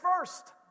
first